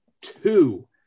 two